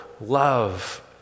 love